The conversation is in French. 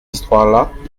histoires